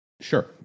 sure